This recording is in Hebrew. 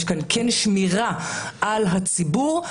יש כאן כן שמירה על הציבור,